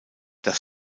das